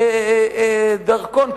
דרכון,